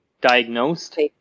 diagnosed